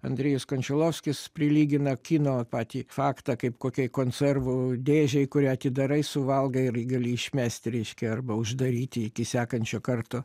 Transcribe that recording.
andrėjus kančelovskis prilygina kino patį faktą kaip kokiai konservų dėžei kurią atidarai suvalgai ir gali išmesti reiškia arba uždaryti iki sekančio karto